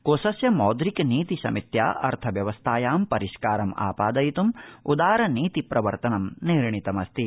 कोषस्य मौद्रिक नीति समित्या अर्थव्यव्स्थायां परिष्कारम् आपादयितुम् उदारनीति प्रवर्तनं निर्णीतमस्ति